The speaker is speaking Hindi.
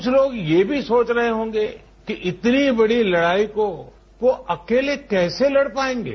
कुछ लोग ये भी सोच रहे होंगे कि इतनी बड़ी लड़ाई को वो अकेले कैसे लड़ पाएगे